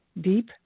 Deep